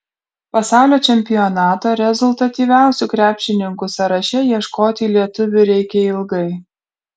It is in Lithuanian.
pasaulio čempionato rezultatyviausių krepšininkų sąraše ieškoti lietuvių reikia ilgai